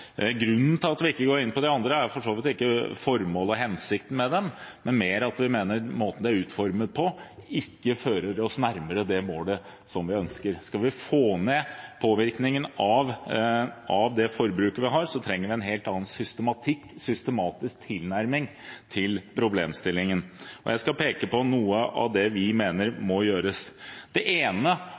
Grunnen til at vi ikke går inn for de andre, er for så vidt ikke formålet og hensikten med dem, men mer at vi mener måten de er utformet på, ikke fører oss nærmere det målet som vi ønsker. Skal vi få ned påvirkningen av det forbruket vi har, trenger vi en helt annen systematisk tilnærming til problemstillingen. Jeg skal peke på noe av det vi mener må gjøres. Det ene